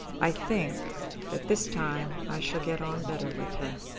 i think that this time i shall get on better with her.